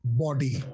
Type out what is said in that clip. body